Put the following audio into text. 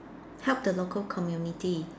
help the local community